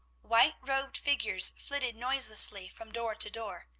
white-robed figures flitted noiselessly from door to door.